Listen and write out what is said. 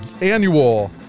annual